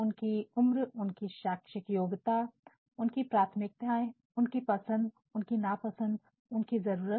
उनकी उम्र उनकी शैक्षिक योग्यता उनकी प्राथमिकताएं उनकी पसंद उनकी नापसंद उनकी जरूरत